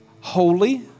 holy